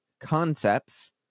concepts